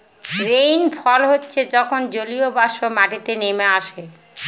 rainfall হচ্ছে যখন জলীয়বাষ্প মাটিতে নেমে আসে